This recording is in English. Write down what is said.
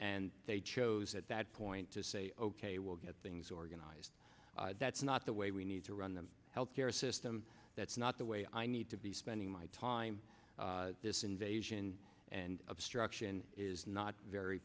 and they chose at that point to say ok we'll get things organized that's not the way we need to run the health care system that's not the way i need to be spending my time this invasion and obstruction not very